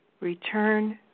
Return